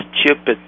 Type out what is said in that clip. stupid